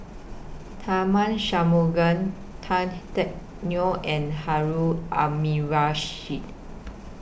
Tharman Tan Teck Neo and Harun Aminurrashid